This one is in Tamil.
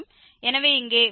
எனவே இங்கே 14 11 013